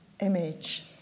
image